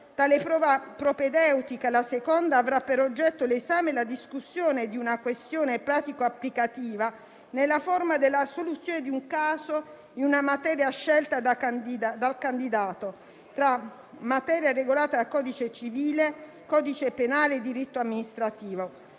Tale prova, propedeutica alla seconda, avrà per oggetto l'esame e la discussione di una questione pratico-applicativa nella forma della soluzione di un caso in una materia scelta dal candidato tra materia regolata dal codice civile, dal codice penale o dal diritto amministrativo.